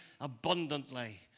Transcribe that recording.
abundantly